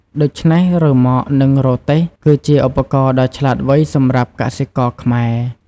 ដូច្នេះ រ៉ឺម៉កនឹងរទេះ គឺជាឧបករណ៍ដ៏ឆ្លាតវៃសម្រាប់កសិករខ្មែរ។